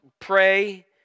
pray